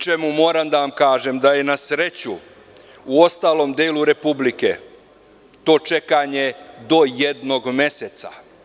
Moram da vam kažem, na sreću, u ostalom delu Republike to čekanje do jednog meseca.